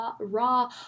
raw